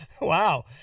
Wow